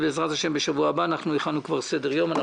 וכבר הכנו סדר יום לשבוע הבא.